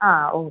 ആ ഓ